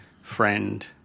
friend